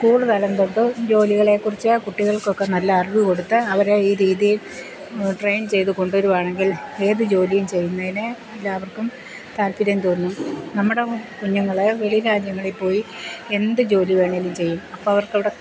school കാലം തൊട്ട് ജോലികളെ കുറിച്ചു കുട്ടികൾകൊക്കെ നല്ല അറിവ് കൊടുത്ത് അവരെ ഈ രീതിയിൽ ട്രെയിൻ ചെയ്തു കൊണ്ടു വരികയാണെങ്കിൽ ഏത് ജോലിയും ചെയ്യുന്നതിന് എല്ലാവർക്കും താല്പര്യം തോന്നും നമ്മടെ കുഞ്ഞുങ്ങളെ വെളിയിലെ രാജ്യങ്ങളിൽ പോയി എന്ത് ജോലി വേണമെങ്കിലും ചെയ്യും അപ്പം അവർക്ക് അവിടെ